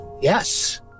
yes